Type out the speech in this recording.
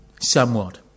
somewhat